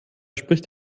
spricht